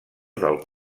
del